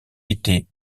été